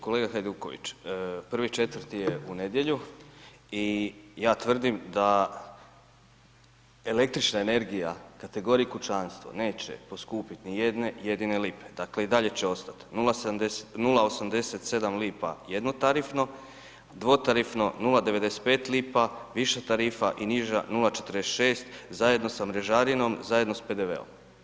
Kolega Hajduković, 1.4. je u nedjelju i ja tvrdim da električna energija ... kućanstvo neće poskupiti ni jedne jedine lipe, dakle i dalje će ostati 0,87 lipa jednotarifno a dvotarifno 0,95 lipa, više tarifa i niža 0,46 zajedno sa mrežarinom, zajedno sa PDV-om.